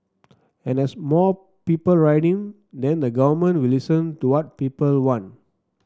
and as more people write in then the government will listen to what people want